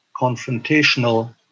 confrontational